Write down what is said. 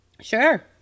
sure